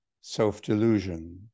self-delusion